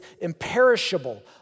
imperishable